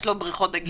יש לו בריכות דגים?